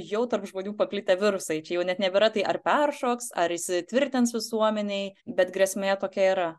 jau tarp žmonių paplitę virusai čia jau net nebėra tai ar peršoks ar įsitvirtins visuomenėj bet grėsmė tokia yra